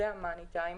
זה המאני טיים,